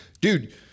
dude